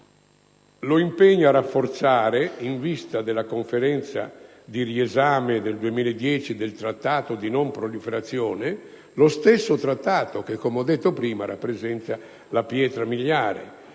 Governo per rafforzare, in vista della Conferenza di riesame del 2010, il Trattato di non proliferazione nucleare (che, come ho detto prima, rappresenta la pietra miliare